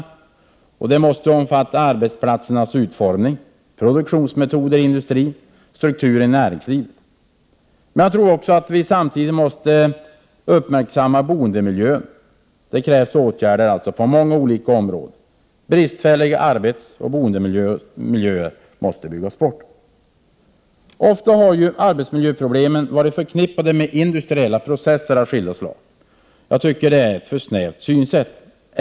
Dessa analyser måste omfatta arbetsplatsernas utformning, produktionsmetoder i industrin och strukturen i näringslivet. Jag tror att vi samtidigt även måste uppmärksamma boendemiljön. Det krävs alltså åtgärder på många olika områden. Bristfälliga arbetsoch boendemiljöer måste byggas bort. Ofta har arbetsmiljöproblemen varit förknippade med industriella processer av skilda slag. Jag tycker att det är ett för snävt synsätt.